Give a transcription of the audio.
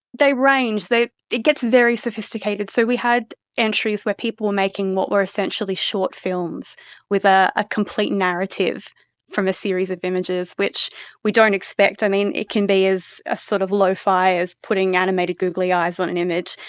they range. it gets very sophisticated. so we had entries where people were making what were essentially short films with ah a complete narrative from a series of images, which we don't expect. i mean, it can be as ah sort of low-fi as putting animated googly-eyes on an image.